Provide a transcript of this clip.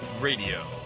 Radio